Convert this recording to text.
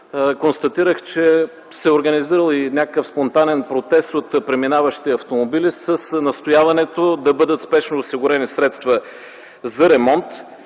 констатирах, че се е организирал и някакъв спонтанен протест от преминаващи автомобили с настояването да бъдат спешно осигурени средства за ремонт.